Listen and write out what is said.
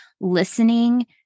listening